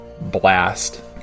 blast